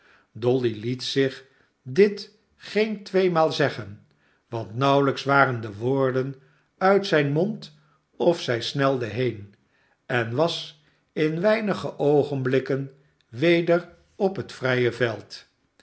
dolly liet zich dit geen tweemaal zeggen want nauwelijks waren de woorden uit zijn mond of zij snelde heen en was in weinige oogenblikken weder op het vrije veld